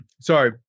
sorry